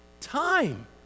time